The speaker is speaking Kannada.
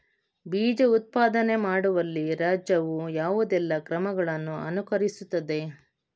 ಬೀಜ ಉತ್ಪಾದನೆ ಮಾಡುವಲ್ಲಿ ರಾಜ್ಯವು ಯಾವುದೆಲ್ಲ ಕ್ರಮಗಳನ್ನು ಅನುಕರಿಸುತ್ತದೆ?